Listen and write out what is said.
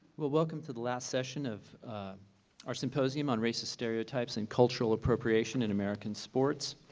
welcome to the last session of our symposium on racist stereotypes and cultural appropriation in american sports.